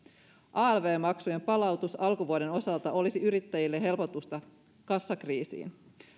alv maksujen palautus alkuvuoden osalta olisi yrittäjille helpotusta kassakriisiin